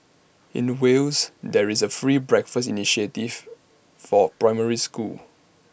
in Wales there is A free breakfast initiative for primary schools